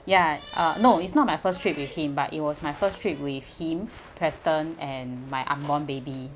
ya uh no it's not my first trip with him but it was my first trip with him preston and my unborn baby